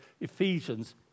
Ephesians